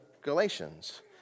Galatians